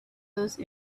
those